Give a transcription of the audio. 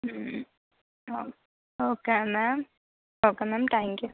okay okay ma'am okay ma'am thank you